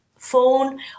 Phone